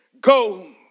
go